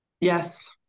Yes